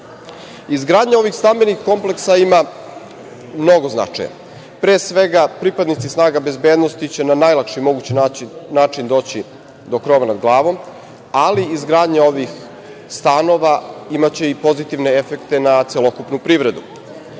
praksi. Izgradnja ovih stambenih kompleksa ima mnogo značaja. Pre svega, pripadnici snaga bezbednosti će na najlakši mogući način doći do krova nad glavom, ali, izgradnja ovih stanova imaće i pozitivne efekte na celokupnu privredu.